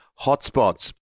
hotspots